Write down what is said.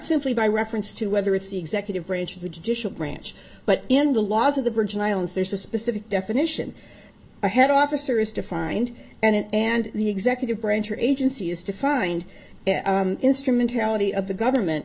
simply by reference to whether it's the executive branch of the judicial branch but in the laws of the virgin islands there's a specific definition or head officer is defined and it and the executive branch agency is defined instrumentality of the government